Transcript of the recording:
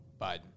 Biden